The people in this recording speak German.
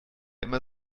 immer